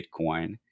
Bitcoin